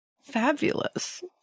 Fabulous